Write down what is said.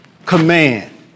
Command